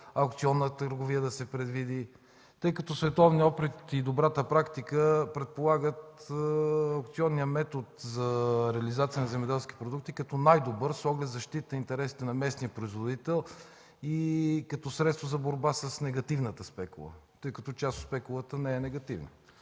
аукционна търговия да се предвиди? Световният опит и добрата практика предполагат аукциония метод за реализация на земеделски продукти като най-добър с оглед защита на интересите на местния производител и средство за борба с негативната спекула, тъй като част от спекулата не е негативна.